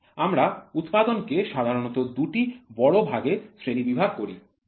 আমরা উৎপাদন কে সাধারণত ২ টি বড় ভাগে শ্রেণিবিভাগ করি